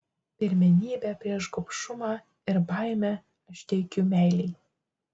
pirmenybę prieš gobšumą ir baimę aš teikiu meilei